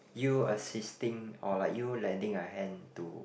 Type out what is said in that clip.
you assisting or like you lending a hand to